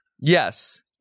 Yes